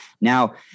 Now